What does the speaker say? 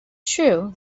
true